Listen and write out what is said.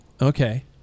Okay